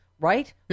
right